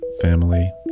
family